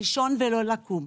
לישון ולא לקום,